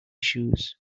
shoes